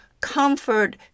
comfort